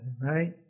right